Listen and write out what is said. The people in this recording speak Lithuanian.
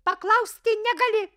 paklausti negali